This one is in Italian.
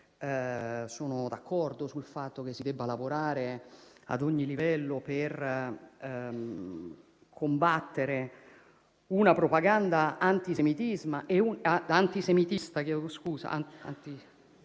sono d'accordo sul fatto che si debba lavorare ad ogni livello per combattere una propaganda antisemita